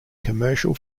commercial